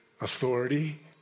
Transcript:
authority